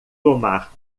tomar